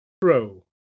Pro